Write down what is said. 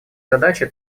задачи